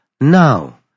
Now